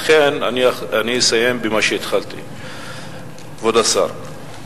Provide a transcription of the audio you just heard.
לכן אני אסיים במה שהתחלתי, כבוד השר.